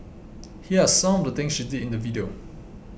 here are some of the things she did in the video